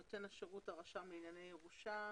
נותן השירות הוא הרשם לענייני ירושה.